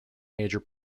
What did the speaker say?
major